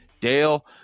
Dale